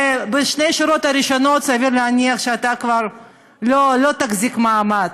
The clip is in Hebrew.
בשתי השורות הראשונות סביר להניח שאתה כבר לא תחזיק מעמד,